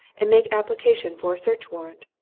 and make application for a search-warrant.